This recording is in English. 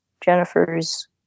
Jennifer's